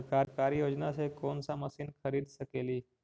सरकारी योजना से कोन सा मशीन खरीद सकेली?